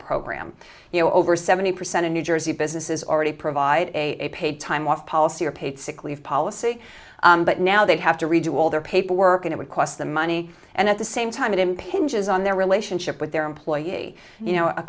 program you know over seventy percent of new jersey businesses already provide a paid time off policy or paid sick leave policy but now they have to redo all their paperwork and it would cost them money and at the same time it impinges on their relationship with their employee you know a